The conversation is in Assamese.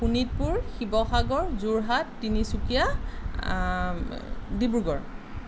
শোণিতপুৰ শিৱসাগৰ যোৰহাট তিনিচুকীয়া ডিব্ৰুগড়